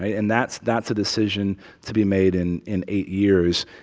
and that's that's a decision to be made in in eight years.